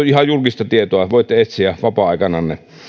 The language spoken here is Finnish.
ihan julkista tietoa voitte etsiä vapaa aikananne